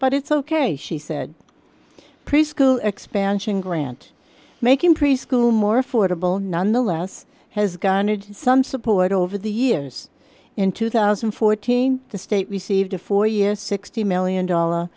but it's ok she said preschool expansion grant making preschool more affordable nonetheless has garnered some support over the years in two thousand and fourteen the state received a four year sixty million dollar